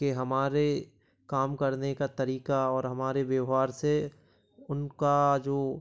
कि हमारे काम करने का तरीका और हमारे व्यवहार से उनका जो